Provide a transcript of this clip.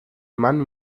mann